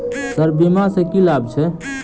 Sir बीमा सँ की लाभ छैय?